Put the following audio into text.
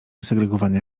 segregowania